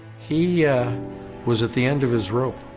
he yeah was at the end of his rope.